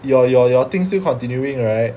your your your thing still continuing right